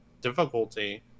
difficulty